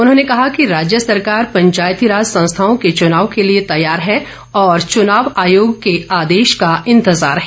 उन्होंने कहा कि राज्य सरकार पंचायतीराज संस्थाओं के चनाव के लिए तैयार है और चुनाव आयोग के आदेश का इंतजार है